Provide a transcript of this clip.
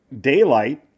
daylight